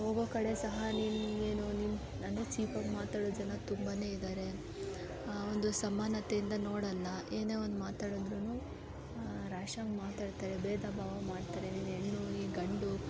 ಹೋಗೋ ಕಡೆ ಸಹ ನಿಂಗೆ ಏನು ನಿಮ್ಮ ಅಂದರೆ ಚೀಪಾಗಿ ಮಾತಾಡೋ ಜನ ತುಂಬಾ ಇದಾರೆ ಆ ಒಂದು ಸಮಾನತೆಯಿಂದ ನೋಡೋಲ್ಲ ಏನೇ ಒಂದು ಮಾತಾಡಿದ್ರೂ ರ್ಯಾಶಾಗಿ ಮಾತಾಡ್ತಾರೆ ಬೇಧ ಭಾವ ಮಾಡ್ತಾರೆ ನೀನು ಹೆಣ್ಣು ನೀ ಗಂಡು